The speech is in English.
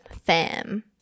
fam